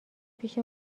پیش